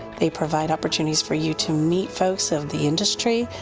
they provide opportunities for you to meet folks of the industry,